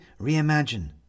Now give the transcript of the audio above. reimagine